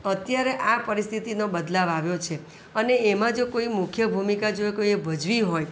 અત્યારે આ પરિસ્થિતિનો બદલાવ આવ્યો છે અને એમાં જો કોઈ મુખ્ય ભૂમિકા જો કોઈએ ભજવી હોય